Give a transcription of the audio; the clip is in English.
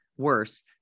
worse